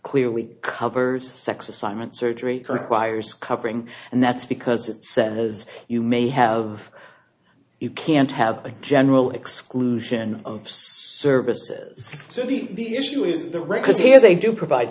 clearly covers the sex assignment surgery choir's covering and that's because it says you may have you can't have a general exclusion of services so the issue is the records here they do provide